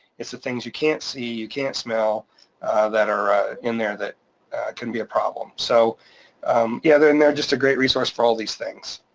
it's the things you can't see, you can't smell that are in there that can be a problem. so yeah, and they're just a great resource for all these things.